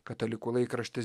katalikų laikraštis